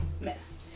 Miss